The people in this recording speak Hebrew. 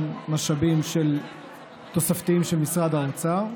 גם משאבים תוספתיים של משרד האוצר,